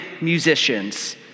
musicians